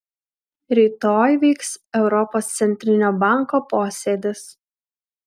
rytoj vyks europos centrinio banko posėdis